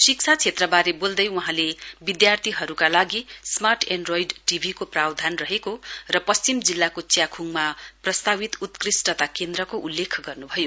शिक्षा क्षेत्रबारे बोल्दै वहाँले विद्यार्थीहरुका लागि स्मार्ट एन्ड्रोइड टीभीको प्रावधान रहेका र पश्चिम जिल्लाको च्याकुङमा प्रस्तावित उत्कृष्टता केन्द्रको उल्लेख गर्नुभयो